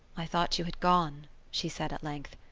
i thought you had gone she said at length.